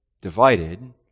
divided